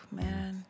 man